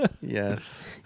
Yes